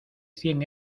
cien